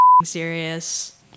serious